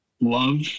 love